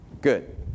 Good